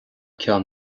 ceann